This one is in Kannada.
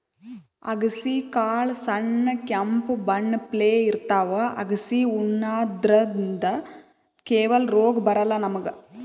ಅಗಸಿ ಕಾಳ್ ಸಣ್ಣ್ ಕೆಂಪ್ ಬಣ್ಣಪ್ಲೆ ಇರ್ತವ್ ಅಗಸಿ ಉಣಾದ್ರಿನ್ದ ಕೆಲವಂದ್ ರೋಗ್ ಬರಲ್ಲಾ ನಮ್ಗ್